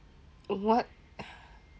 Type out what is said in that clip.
what